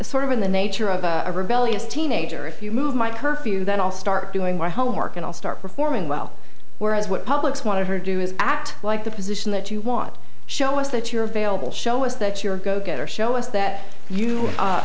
sort of in the nature of a rebellious teenager if you move my curfew then i'll start doing my homework and i'll start performing well whereas what publics want to her do is act like the position that you want show us that you're available show us that you're go get her show us that you